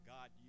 God